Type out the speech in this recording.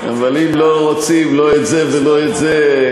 אבל אם לא רוצים לא את זה ולא את זה,